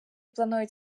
планують